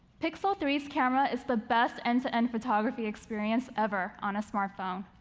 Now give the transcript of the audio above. pixel three s camera is the best end-to-end photography experience ever on a smartphone.